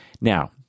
now